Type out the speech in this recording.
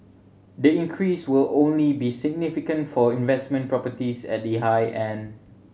the increase will only be significant for investment properties at the high end